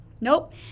nope